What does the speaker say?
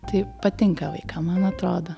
tai patinka vaikam man atrodo